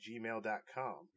gmail.com